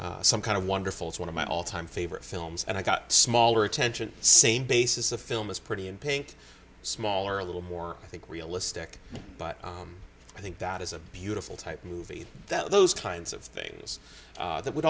thinking some kind of wonderful it's one of my all time favorite films and i got smaller attention same basis of film is pretty in pink smaller a little more i think realistic but i think that is a beautiful type movie that those kinds of things that would